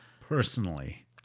Personally